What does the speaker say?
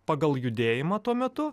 pagal judėjimą tuo metu